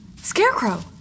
Scarecrow